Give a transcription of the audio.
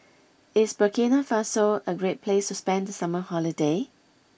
is Burkina Faso a great place to spend the summer holiday